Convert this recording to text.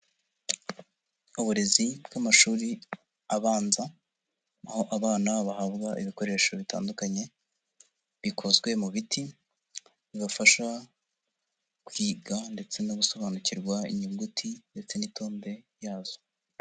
Uburezi bw'amashuri abanza, aho abana bahabwa ibikoresho bitandukanye bikozwe mu biti, bibafasha kwiga ndetse no gusobanukirwa inyuguti ndetse n'itonde yazo.